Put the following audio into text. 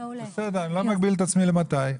אני לא מגביל את עצמי למתי.